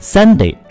Sunday